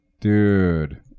Dude